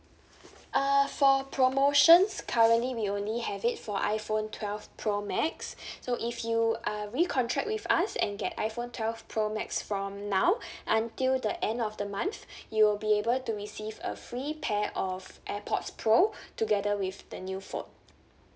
uh for promotions currently we only have it for iphone twelve pro max so if you uh recontract with us and get iphone twelve pro max from now until the end of the month you will be able to receive a free pair of airpods pro together with the new phone